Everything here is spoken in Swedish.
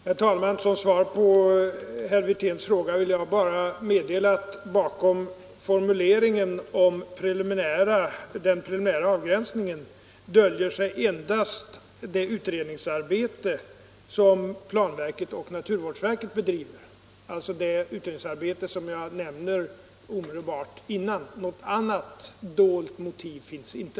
Herr talman! Som svar på herr Wirténs fråga vill jag bara meddela att bakom formuleringen om preliminär avgränsning döljer sig endast det utredningsarbete som planverket och naturvårdsverket bedriver, dvs. det utredningsarbete som jag nämner omedelbart före de här raderna i svaret. Något annat dolt motiv finns inte.